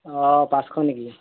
অঁ পাঁচশ নেকি